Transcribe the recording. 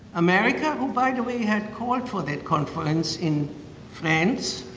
america, who by the way had called for that conference in france.